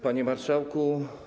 Panie Marszałku!